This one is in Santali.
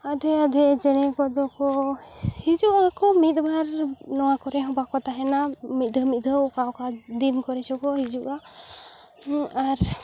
ᱟᱫᱷᱮ ᱟᱫᱷᱮ ᱪᱮᱬᱮ ᱠᱚᱫᱚ ᱠᱚ ᱦᱤᱡᱩᱜ ᱟᱠᱚ ᱢᱤᱫ ᱵᱟᱨ ᱱᱚᱣᱟ ᱠᱚᱨᱮ ᱦᱚᱸ ᱵᱟᱠᱚ ᱛᱟᱦᱮᱱᱟ ᱢᱤᱫᱫᱷᱟᱹᱣ ᱢᱤᱫᱫᱷᱟᱹᱣ ᱚᱠᱟ ᱫᱤᱱ ᱠᱚᱨᱮ ᱪᱚᱝ ᱠᱚ ᱦᱤᱡᱩᱜᱼᱟ ᱟᱨ